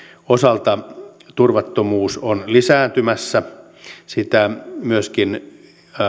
osalta turvattomuus on lisääntymässä sitä myöskin